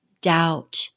doubt